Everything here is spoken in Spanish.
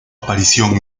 aparición